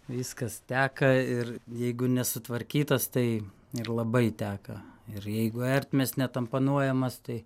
viskas teka ir jeigu nesutvarkytas tai ir labai teka ir jeigu ertmės netamponuojamas tai